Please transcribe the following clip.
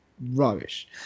rubbish